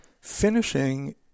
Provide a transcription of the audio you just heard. Finishing